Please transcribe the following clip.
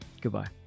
Goodbye